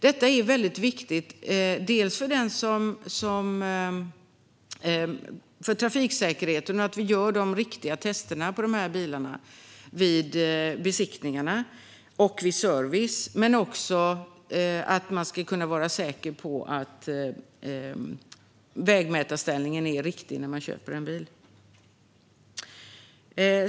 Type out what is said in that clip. Detta är väldigt viktigt, dels för trafiksäkerheten och för att vi ska kunna göra de riktiga testerna på dessa bilar vid besiktning och service, dels för att man ska kunna vara säker på att vägmätarställningen är riktig när man köper en bil.